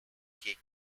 cake